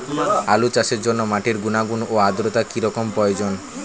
আলু চাষের জন্য মাটির গুণাগুণ ও আদ্রতা কী রকম প্রয়োজন?